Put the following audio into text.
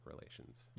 relations